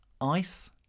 Ice